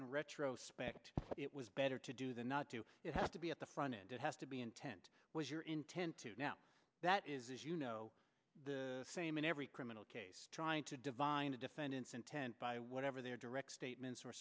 in retrospectively what it was better to do than not to have to be at the front and it has to be intent was your intent to now that is you know the same in every criminal case trying to divine the defendant's intent by whatever their direct statements